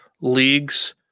leagues